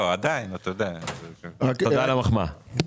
תודה על המחמאה.